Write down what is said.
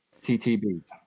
ttbs